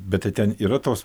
bet tai ten yra tos